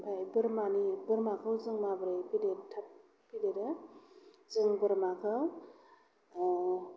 ओमफ्राय बोरमानि बोरमाखौ जों माबोरै फेदेरो थाब फेदेरो जों बोरमाखौ